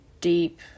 deep